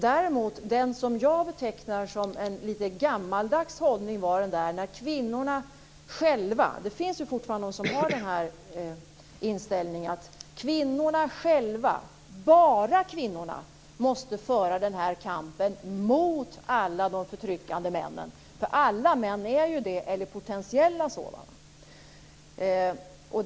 Det som jag däremot betecknar som en litet gammaldags hållning är att bara kvinnorna själva - det finns fortfarande de som har den inställningen - måste föra kampen mot alla de förtryckande männen, eftersom alla män är sådana eller i alla fall potentiella sådana.